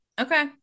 Okay